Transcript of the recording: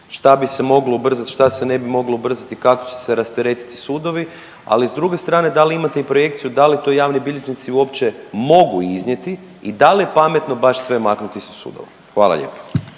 šta bi se moglo ubrzati, šta se ne bi moglo ubrzati, kako će se rasteretiti sudovi, ali s druge strane, da li imate i projekciju da li to javni bilježnici uopće mogu iznijeti i da li je pametno baš sve maknuti sa sudova? Hvala lijepo.